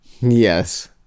Yes